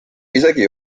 isegi